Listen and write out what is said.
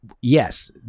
yes